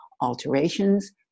alterations